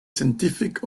scientific